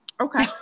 Okay